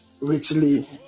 richly